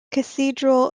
cathedral